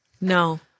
No